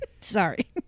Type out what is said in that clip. Sorry